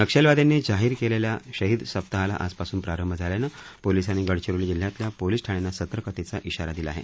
नक्षलवाद्यांनी जाहीर केलेल्या शहीद सप्ताहाला आजपासून प्रारंभ झाल्यानं पोलिसांनी गडचिरोली जिल्ह्यातल्या पोलिस ठाण्यांना सतर्कतेचा इशारा दिला आहे